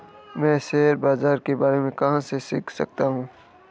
मैं शेयर बाज़ार के बारे में कहाँ से सीख सकता हूँ?